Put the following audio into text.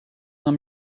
нам